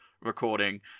recording